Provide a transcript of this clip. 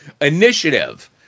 initiative